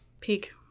Peak